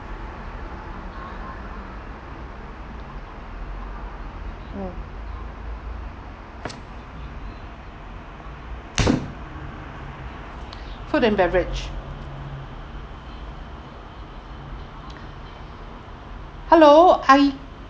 mm food and beverage hello I